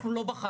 אנחנו לא בחרנו.